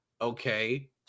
okay